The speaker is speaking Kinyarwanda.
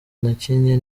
nakinnye